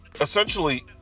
essentially